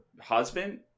husband